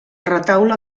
retaule